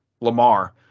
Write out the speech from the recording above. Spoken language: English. Lamar